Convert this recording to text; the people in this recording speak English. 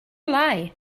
lie